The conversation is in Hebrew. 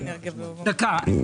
--- דקה.